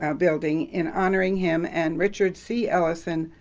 ah building in honoring him and richard c. ellison,